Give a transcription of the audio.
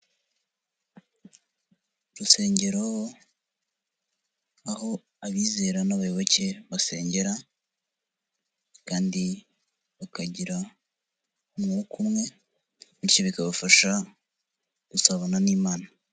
urusengero aho abizera n'abayoboke basengera, kandi bakagira umwuka umwe benshi bikabafasha gusabana n'Imana